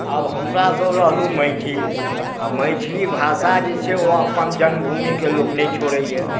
आब हमरा सभ रहलहुँ मैथिल आ मैथिली भाषा जे छै ओ अपन जन्मभुमिके लोक नहि छोड़ैया